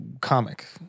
comic